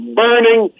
burning